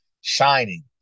shining